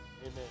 Amen